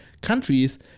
countries